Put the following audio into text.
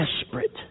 desperate